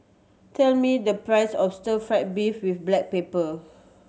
tell me the price of stir fried beef with black pepper